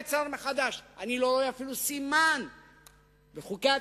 שהשכילו בסופו של דבר לשנות את רוע הגזירה בחלק